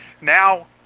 Now